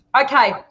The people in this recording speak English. Okay